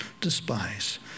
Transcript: despise